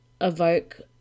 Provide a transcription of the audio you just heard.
evoke